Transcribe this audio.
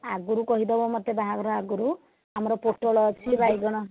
ଆଗରୁ କହିଦେବ ମୋତେ ବାହାଘର ଆଗରୁ ଆମର ପୋଟଳ ଅଛି ବାଇଗଣ